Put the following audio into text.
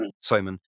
Simon